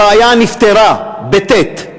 הבעיה נפטרה, בטי"ת.